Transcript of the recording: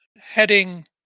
heading